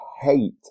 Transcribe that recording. hate